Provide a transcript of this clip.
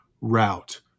route